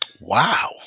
Wow